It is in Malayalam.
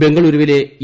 ബംഗളൂരുവിലെ ഇ